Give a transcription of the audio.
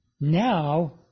Now